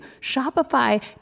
Shopify